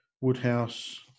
Woodhouse